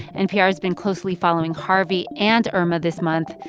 npr has been closely following harvey and irma this month,